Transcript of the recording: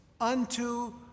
unto